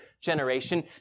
generation